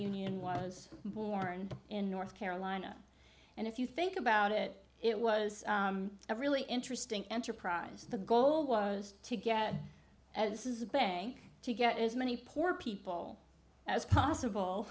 union was born in north carolina and if you think about it it was a really interesting enterprise the goal was to get this is a bank to get as many poor people as possible